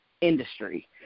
industry